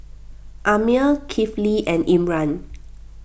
Ammir Kifli and Imran